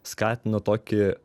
skatino tokį